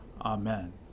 Amen